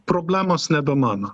problemos nebe mano